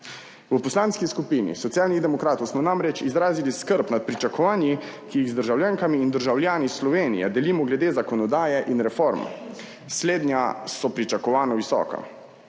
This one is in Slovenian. V Poslanski skupini Socialnih demokratov smo namreč izrazili skrb nad pričakovanji, ki jih z državljankami in državljani Slovenije delimo glede zakonodaje in reform. Slednja so pričakovano visoka.